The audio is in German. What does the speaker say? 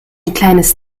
kleines